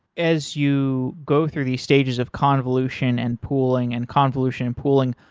as you go through these stages of convolution and pooling and convolution and pooling,